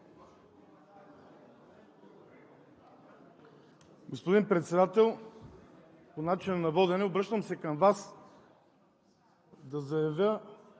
Господин Председател, по начина на водене – обръщам се към Вас да заявя,